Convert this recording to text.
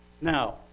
Now